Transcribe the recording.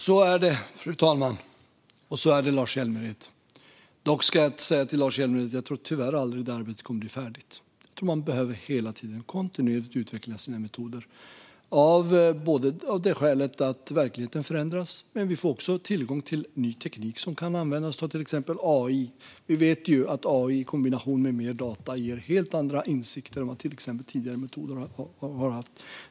Fru talman! Så är det. Dock ska jag säga till Lars Hjälmered att jag tyvärr tror att detta arbete aldrig kommer att bli färdigt. Man behöver hela tiden - kontinuerligt - utveckla sina metoder. Verkligheten förändras, och vi får också tillgång till ny teknik som kan användas. AI är ett exempel på detta - vi vet att AI i kombination med mer data ger helt andra insikter än vad tidigare metoder har gjort.